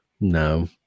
No